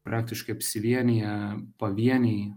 praktiškai apsivienija pavieniai